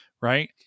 right